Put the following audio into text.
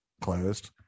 closed